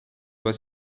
was